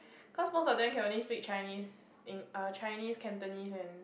cause most of them can only speak Chinese Eng~ err Chinese Cantonese and